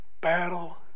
battle